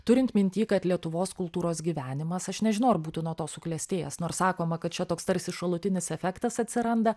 turint minty kad lietuvos kultūros gyvenimas aš nežinau ar būtų nuo to suklestėjęs nors sakoma kad čia toks tarsi šalutinis efektas atsiranda